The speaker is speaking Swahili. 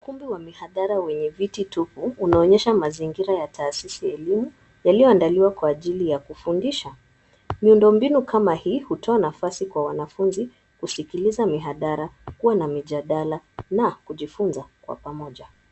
Ukumbi wa mihadhara wenye viti tupu unaonyesha mazingira ya taasisi ya elimu yaliyoandaliwa kwa ajili ya kufundisha. Miundombinu kama hii hutoa nafasi kwa wanafunzi kusikiliza mihadara kua na mijadara na kujifunza kwa pamoja.